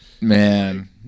Man